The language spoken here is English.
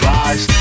lies